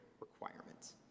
requirements